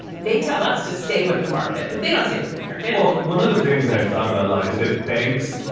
they tell us to stay with the market, but they don't stay with the market well, one of the things i've thought about a lot is that banks,